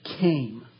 came